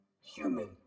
human